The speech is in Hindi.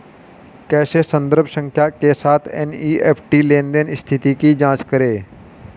कैसे संदर्भ संख्या के साथ एन.ई.एफ.टी लेनदेन स्थिति की जांच करें?